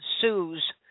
sues